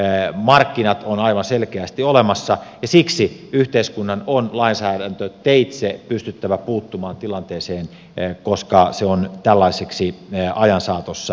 oligopoliset markkinat ovat aivan selkeästi olemassa ja siksi yhteiskunnan on lainsäädäntöteitse pystyttävä puuttumaan tilanteeseen koska se on tällaiseksi ajan saatossa muodostunut